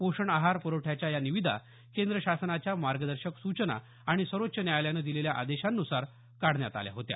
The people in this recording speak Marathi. पोषण आहार प्रवठ्याच्या या निविदा केंद्र शासनाच्या मार्गदर्शक सूचना आणि सर्वोच्च न्यायालयाने दिलेल्या आदेशांनुसार काढण्यात आल्या होत्या